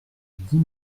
dix